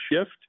shift